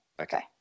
Okay